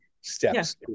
steps